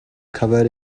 covered